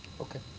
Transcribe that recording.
okay.